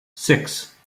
six